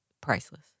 priceless